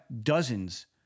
dozens